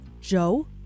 Joe